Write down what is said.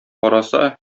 караса